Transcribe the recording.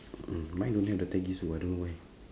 mm mine only have the peggy so I don't know why